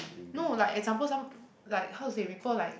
no like example some like how to say ripple like